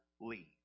lead